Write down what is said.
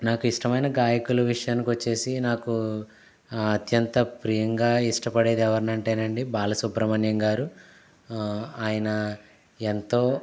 నాకు ఇష్టమైన గాయకులు విషయానికొచ్చేసి నాకు అత్యంత ప్రియంగా ఇష్టపడేది ఎవరినంటేనండి బాలసుబ్రమణ్యం గారు ఆయన ఎంతో